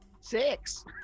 Six